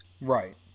Right